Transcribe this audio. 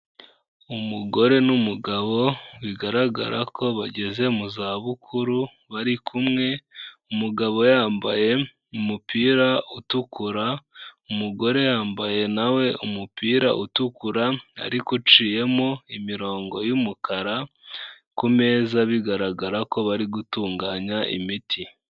Umugore n'umugabo bigaragara ko bageze mu zabukuru bari kumwe, umugabo yambaye umupira utukura, umugore yambaye na we umupira utukura ariko uciyemo imirongo y'umukara, ku meza bigaragara ko bari gutunganya imiti.